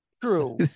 True